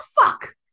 fuck